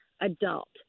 adult